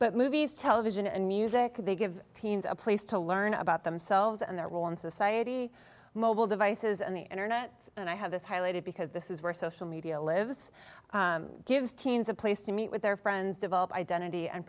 but movies television and music they give teens a place to learn about themselves and their role in society mobile devices and the internet and i have this highlighted because this is where social media lives gives teens a place to meet with their friends develop identity and